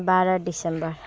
बाह्र डिसेम्बर